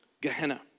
Gehenna